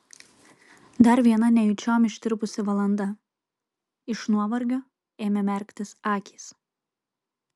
dar viena nejučiom ištirpusi valanda iš nuovargio ėmė merktis akys